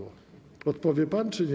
Odpowie pan czy nie?